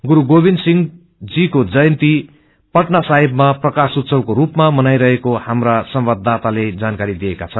गुरू गोविन्द सिंहको जरून्तीको पटना साहिबमा प्रकाशोत्सवक्रे रूपामा मनाईरहेको हाम्रा संवाददााताले जानकारी दिएका छन्